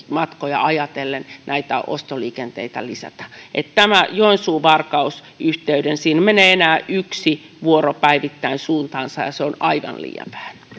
ajatellen näitä ostoliikenteitä lisätä joensuu varkaus yhteydessä menee enää yksi vuoro päivittäin suuntaansa ja se on aivan liian